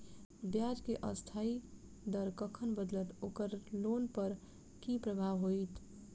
ब्याज केँ अस्थायी दर कखन बदलत ओकर लोन पर की प्रभाव होइत?